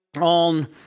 on